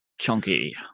chunky